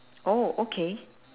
oh okay